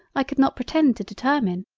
i could not pretend to determine.